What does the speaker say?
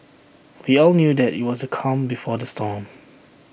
we all knew that IT was the calm before the storm